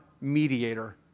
mediator